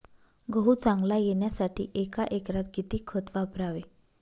गहू चांगला येण्यासाठी एका एकरात किती खत वापरावे?